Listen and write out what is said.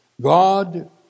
God